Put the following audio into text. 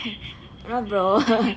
ya bro